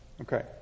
Okay